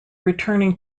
returning